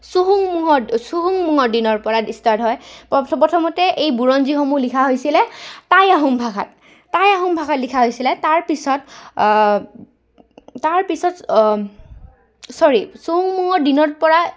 চুহোংমুঙৰ চুহুংমুঙৰ দিনৰপৰা ষ্টাৰ্ট হয় প্ৰথমতে এই বুৰঞ্জীসমূহ লিখা হৈছিলে টাই আহোম ভাষাত টাই আহোম ভাষাত লিখা হৈছিলে তাৰ পিছত তাৰ পিছত চৰি চুহুংমুঙৰ দিনৰপৰা